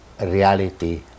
reality